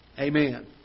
Amen